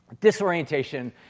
disorientation